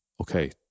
okay